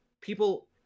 People